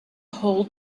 hold